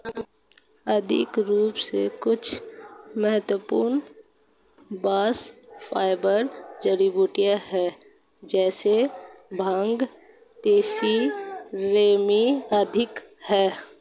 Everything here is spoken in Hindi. आर्थिक रूप से कुछ महत्वपूर्ण बास्ट फाइबर जड़ीबूटियां है जैसे भांग, तिसी, रेमी आदि है